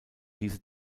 diese